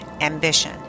Ambition